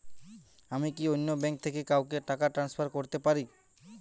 আমি কি অন্য ব্যাঙ্ক থেকে কাউকে টাকা ট্রান্সফার করতে পারি?